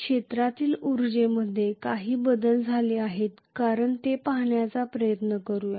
क्षेत्रातील उर्जेमध्ये काही बदल झाले आहेत का ते पाहण्याचा प्रयत्न करूया